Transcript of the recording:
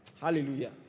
Hallelujah